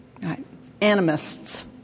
Animists